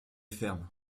fermes